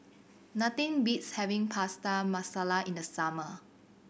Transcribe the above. nothing beats having Prata Masala in the summer